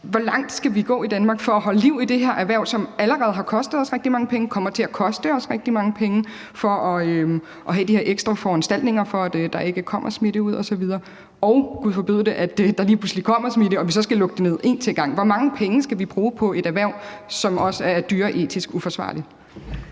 Hvor langt skal vi gå i Danmark for at holde liv i det her erhverv, som allerede har kostet os rigtig mange penge og kommer til at koste os rigtig mange penge ved at skulle have de her ekstra foranstaltninger, for at der ikke kommer smitte ud osv. – eller hvis der, gud forbyde det, lige pludselig kommer smitte og vi så skal lukke det ned en til gang? Hvor mange penge skal vi bruge på et erhverv, som også er dyreetisk uforsvarligt?